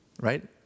right